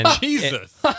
Jesus